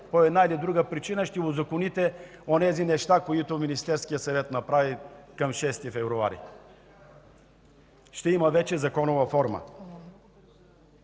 по една или друга причина ще узаконите онези неща, които Министерският съвет направи към 6 февруари. Ще има вече законова форма.